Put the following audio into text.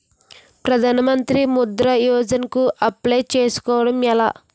ప్రధాన మంత్రి ముద్రా యోజన కు అప్లయ్ చేసుకోవటం ఎలా?